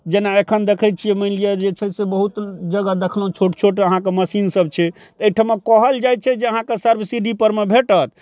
जेना एखन देखै छियै मानि लिअ जे छै से बहुत जगह देखलहुँ छोट छोट अहाँके मशीन सब छै अएठमा कहल जाइ छै जे अहाँके सर्ब्सिडीपर मे भेटत